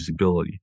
usability